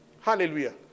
Hallelujah